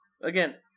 Again